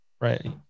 right